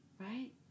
Right